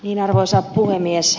arvoisa puhemies